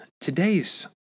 today's